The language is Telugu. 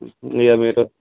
ఇక మీరు